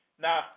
Now